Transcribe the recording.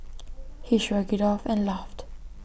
he shrugged IT off and laughed